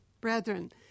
Brethren